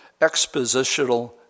expositional